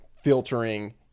filtering